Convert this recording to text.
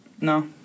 no